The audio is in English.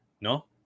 no